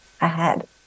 ahead